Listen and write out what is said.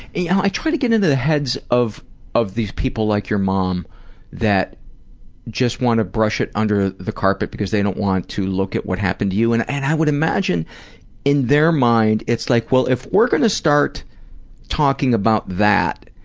you know, i try to get into the heads of of these people like your mom that just want to brush it under the carpet because they don't want to look at what happened to you. and and i would imagine in their mind it's like, well, if we're gonna start talking about that,